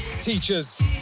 teachers